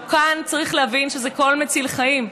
וכאן צריך להבין שזה קול מציל חיים,